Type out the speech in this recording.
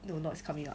no no is coming out